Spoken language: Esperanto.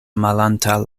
malantaŭ